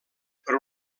per